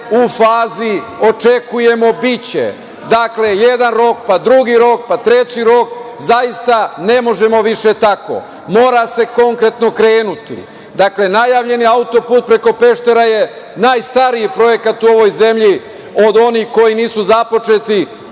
u fazi, očekujemo, biće. Dakle, jedan rok, drugi rok, treći rok, zaista ne možemo više tako, mora se konkretno krenuti. Dakle, najavljen je auto-put preko Peštera, to je najstariji projekat u ovoj zemlji od onih koji nisu započeti,